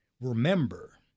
remember